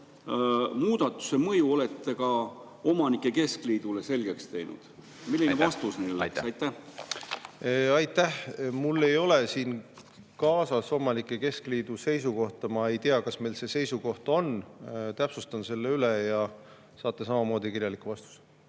muudatuse mõju olete ka omanike keskliidule selgeks teinud? Milline vastus neile oleks? Aitäh! Mul ei ole siin kaasas omanike keskliidu seisukohta. Ma ei tea, kas meil see seisukoht on. Täpsustan selle üle ja saate samamoodi kirjaliku vastuse.